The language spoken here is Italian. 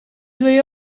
due